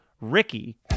Ricky